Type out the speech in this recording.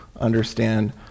understand